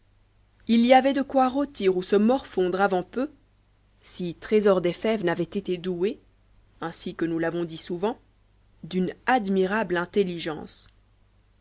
h y avait de quoi rôtir ou se morfondre avant peu si trésor des fèves n'avait été doué ainsi que nous l'avons dit souvent d'une admirable intelligence